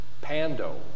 Pando